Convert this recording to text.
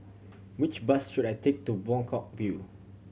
which bus should I take to Buangkok View